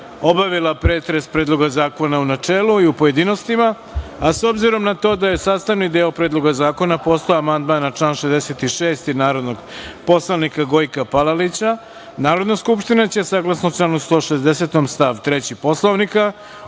obavila pretres Predloga zakona u načelu i u pojedinostima.S obzirom na to da je sastavni deo Predloga zakona postao amandman na član 66. narodnog poslanika Gojka Palalića, Narodna skupština će, saglasno članu 160. stav 3. Poslovnika,